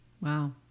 wow